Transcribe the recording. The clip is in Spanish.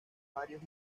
varios